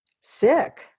sick